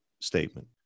statement